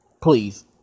Please